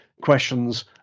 questions